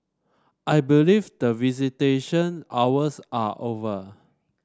I believe that visitation hours are over